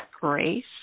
grace